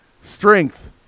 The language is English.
Strength